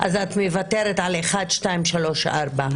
אז את מוותרת על אחת, שתיים, שלוש, ארבע.